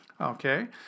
Okay